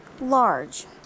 large